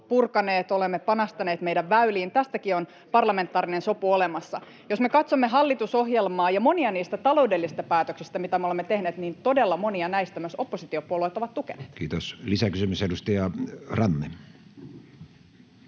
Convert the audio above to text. purkaneet ja olemme panostaneet meidän väyliin — tästäkin on parlamentaarinen sopu olemassa. Jos me katsomme hallitusohjelmaa ja monia niistä taloudellisista päätöksistä, mitä me olemme tehneet, niin todella monia näistä myös oppositiopuolueet ovat tukeneet. [Speech 10] Speaker: Matti Vanhanen